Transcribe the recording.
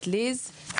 את ליז,